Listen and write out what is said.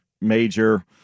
major